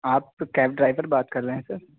آپ تو cab driver بات کر رہے ہیں سر